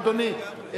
כבוד אדוני,